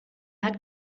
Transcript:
hat